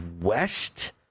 West